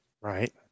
Right